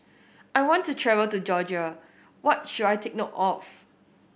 I want to travel to Georgia what should I take note of